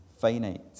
finite